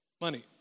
money